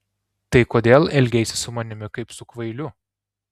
tai kodėl elgeisi su manimi kaip su kvailiu